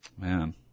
Man